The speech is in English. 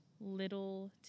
little